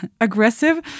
aggressive